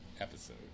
episode